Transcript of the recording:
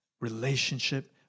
Relationship